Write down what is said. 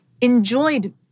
enjoyed